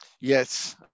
Yes